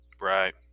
right